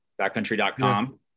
Backcountry.com